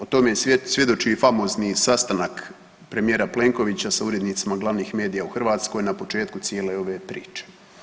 O tome svjedoči i famozni sastanak premijera Plenkovića sa urednicima glavnih medija u Hrvatskoj na početku cijele ove priče.